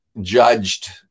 judged